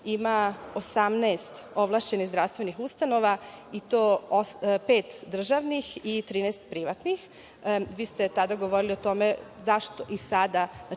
ima 18 ovlašćenih zdravstvenih ustanova i to pet državnih i 13 privatnih. Vi ste tada govorili o tome zašto i sada prilikom